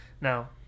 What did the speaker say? Now